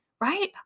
right